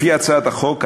לפי הצעת החוק,